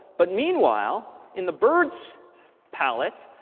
but meanwhile in the bird's palette,